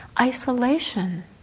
Isolation